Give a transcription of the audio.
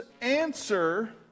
answer